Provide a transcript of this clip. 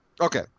Okay